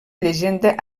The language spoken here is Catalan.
llegenda